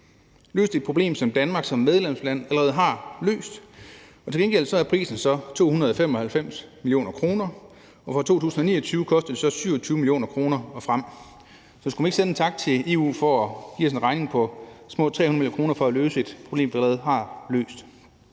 løst et problem, som Danmark som medlemsland allerede har løst. Til gengæld er prisen 295 mio. kr., og fra 2029 og frem koster det 27 mio. kr., så skulle man ikke sende en tak til EU for at give os en regning på små 300 mio. kr. for at løse et problem, vi allerede har løst!